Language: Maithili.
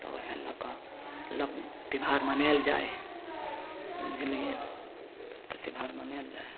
तऽ वएह लऽ कऽ लोक त्योहार मनाएल जाइ हइ बुझलिए ने तऽ त्योहार मनाएल जाइ हइ